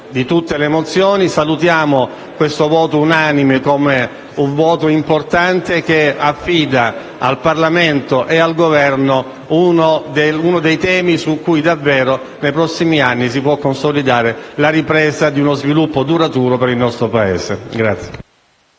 di tutte le mozioni. Salutiamo questo voto unanime come un voto importante, che affida al Parlamento e al Governo uno dei temi su cui davvero nei prossimi anni si può consolidare la ripresa di uno sviluppo duraturo per il nostro Paese.*(Applausi